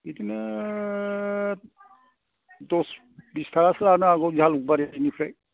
बिदिनो दस बिस थाखासो लानो हागौ जालुकबारिनिफ्राय